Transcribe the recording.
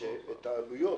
שאת העלויות